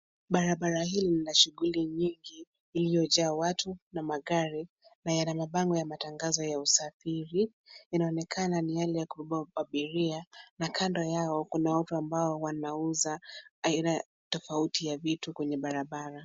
Barabara hili lina shughuli nyingi iliyojaa watu na magari na yana mabango ya matangazo ya usafiri. Inonekana ni hali ya kubeba abiria, na kando yao kuna watu ambao wanauza aina tofauti ya vitu kwenye barabara.